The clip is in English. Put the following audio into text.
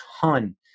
ton